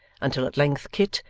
until at length kit,